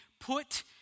put